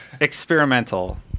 Experimental